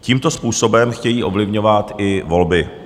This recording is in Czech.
Tímto způsobem chtějí ovlivňovat i volby.